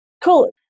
Cool